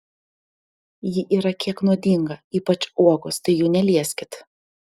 ji yra kiek nuodinga ypač uogos tai jų nelieskit